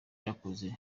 yakoze